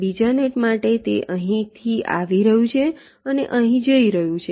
બીજા નેટ માટે તે અહીંથી આવી રહ્યું છે તે અહીં જઈ રહ્યું છે